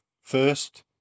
first